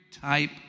type